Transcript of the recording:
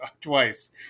twice